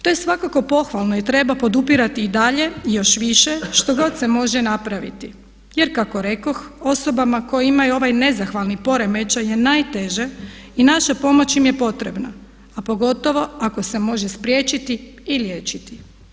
To je svakako pohvalno i treba podupirati i dalje još više što god se može napraviti jer kako rekoh osobama koje imaju ovaj nezahvalni poremećaj je najteže i naša pomoć im je potrebna a pogotovo ako se može spriječiti i liječiti.